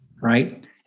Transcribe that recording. right